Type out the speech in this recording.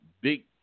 big